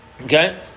Okay